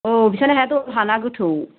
अ बिसोरनि हायाथ' मोजांना गोथौ